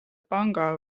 panga